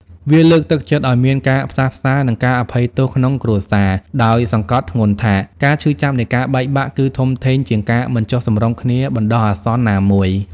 វាលើកទឹកចិត្តឲ្យមានការផ្សះផ្សា និងការអភ័យទោសក្នុងគ្រួសារ ដោយសង្កត់ធ្ងន់ថា ការឈឺចាប់នៃការបែកបាក់គឺធំធេងជាងការមិនចុះសម្រុងគ្នាបណ្ដោះអាសន្នណាមួយ។